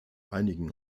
einigen